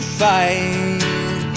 fight